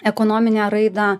ekonominę raidą